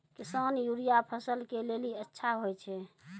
किसान यूरिया फसल के लेली अच्छा होय छै?